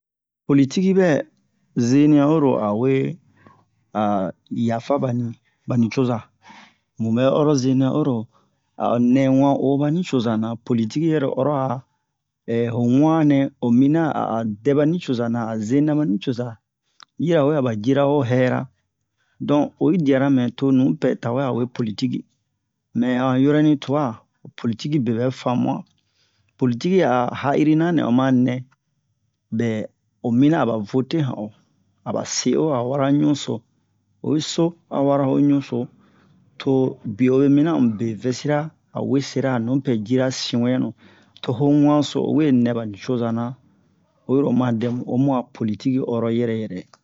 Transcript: politiki ɓɛ zenian oro a o we a yafa ɓa nucoza muɓɛ oro zenian oro a o nɛ wan oo ɓa nucoza-na politiki yɛrɛ oro a ho wan nɛ o minian a dɛ ɓa nucoza na a zenina ɓa nucoza yirawe aba cira ho ho hɛra donk oyi diyara mɛ to nupɛ dawɛ a wee politiki mɛ han yɔrɔni twa politiki beɓɛ fanmu'an politiki a ha'irina nɛ oma nɛ ɓɛ omian aba vote han o aba se o q wara ɲunso oyi so a wara ho ɲunso to biye obe minian amu be vɛsira a wesera a nupɛ jira sinwɛnu to ho wanso owe nɛ ɓa nucoza na oyiro oma dɛmu homu a politiki ɔrɔ yɛrɛ yɛrɛ